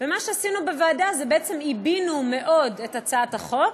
מה שעשינו בוועדה זה שבעצם עיבינו מאוד את הצעת החוק,